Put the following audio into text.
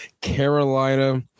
Carolina